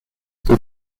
will